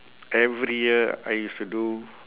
every year I used to do